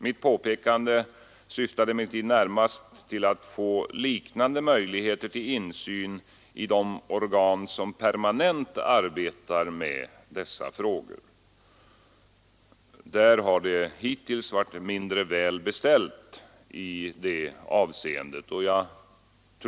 Mitt påpekande syftade emellertid närmast till att få liknande möjligheter till insyn i de organ som permanent arbetar med dessa frågor. Där har det hittills varit mindre välbeställt i detta avseende.